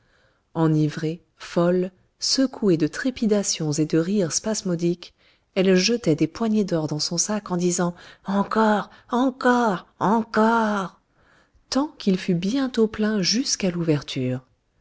enivrée folle secouée de trépidations et de rires spasmodiques elle jetait des poignées d'or dans son sac en disant encore encore encore tant qu'il fut bientôt plein jusqu'à l'ouverture